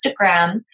Instagram